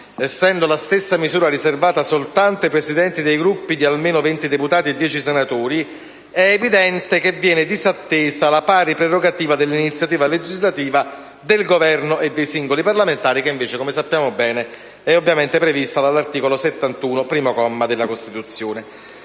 essendo tale misura riservata soltanto ai Presidenti dei Gruppi o ad almeno 20 deputati e 10 senatori, è evidente che viene disattesa la pari prerogativa dell'iniziativa legislativa del Governo e dei singoli parlamentari, prevista - come sappiamo - dall'articolo 71, primo comma, della Costituzione.